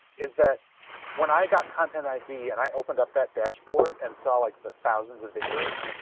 is that when i got content id and i opened up that dashboard and saw like the thousands of videos.